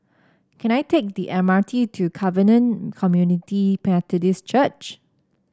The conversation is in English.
can I take the M R T to Covenant Community Methodist Church